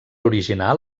original